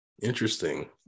Interesting